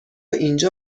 اینجا